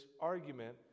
argument